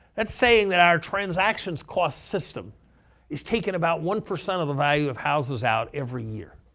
that's saying that our transactions cost system is taking about one percent of the value of houses out every year.